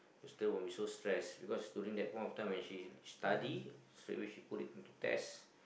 still won't be so stress because during that of point time when she study straight away she put it into test